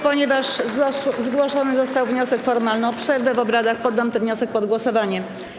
Ponieważ został zgłoszony wniosek formalny o przerwę w obradach, poddam ten wniosek pod głosowanie.